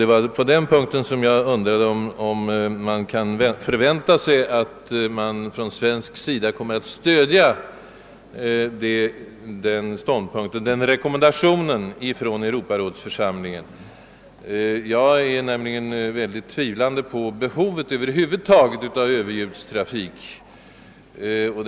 Det var på den punkten jag undrade om man från svensk sida kommer att stödja rekommendationen från Europarådets församling. Jag vill gärna tillägga att jag tvivlar rätt mycket på att överljudstrafik över huvud taget behövs.